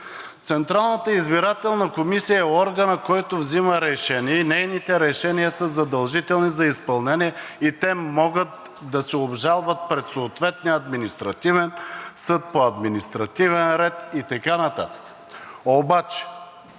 Централната избирателна комисия е органът, който взима решения, те са задължителни за изпълнение и могат да се обжалват пред съответния административен съд по административен ред и така нататък. Обаче